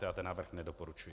Já ten návrh nedoporučuji.